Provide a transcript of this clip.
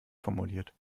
formuliert